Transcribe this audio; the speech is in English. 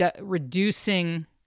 reducing